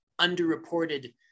underreported